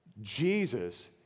Jesus